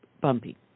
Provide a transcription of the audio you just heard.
bumpy